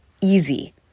easy